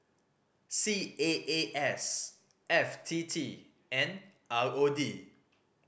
C A A S F T T and R O D